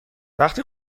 وقتی